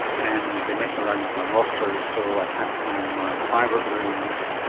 and they mess around with my rosters so i can't plan my private rooms,